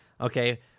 Okay